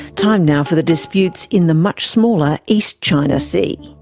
time now for the disputes in the much smaller east china sea.